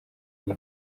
iyi